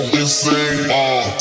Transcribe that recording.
insane